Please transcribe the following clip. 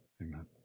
Amen